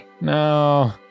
No